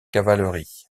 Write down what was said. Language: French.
cavalerie